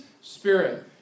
spirit